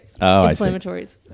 inflammatories